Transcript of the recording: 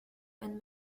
and